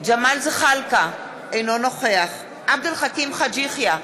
ג'מאל זחאלקה, אינו נוכח עבד אל חכים חאג' יחיא,